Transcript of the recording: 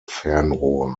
fernrohr